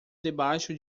debaixo